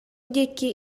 диэки